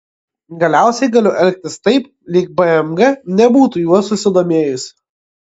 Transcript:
galiausiai galiu elgtis taip lyg bmg nebūtų juo susidomėjusi